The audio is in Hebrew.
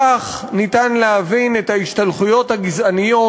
כך אפשר להבין את ההשתלחויות הגזעניות